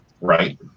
Right